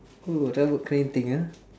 oh rambut kerinting ah